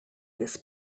this